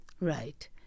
Right